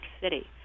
City